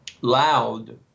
loud